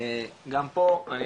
גם פה אני